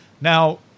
Now